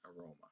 aroma